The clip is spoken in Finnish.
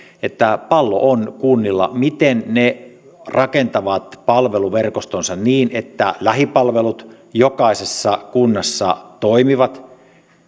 että pallo on kunnilla siinä miten ne rakentavat palveluverkostonsa niin että lähipalvelut jokaisessa kunnassa toimivat